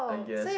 I guess